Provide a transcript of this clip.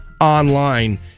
online